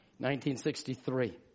1963